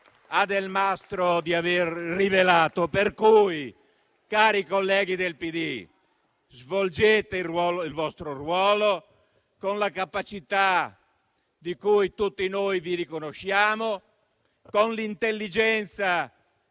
a Delmastro di aver rivelato. Per cui, cari colleghi del PD, svolgete il ruolo il vostro ruolo con la capacità che tutti noi vi riconosciamo, con l'intelligenza